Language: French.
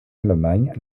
allemagne